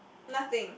nothing